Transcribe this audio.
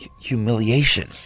humiliation